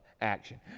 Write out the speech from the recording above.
action